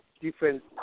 different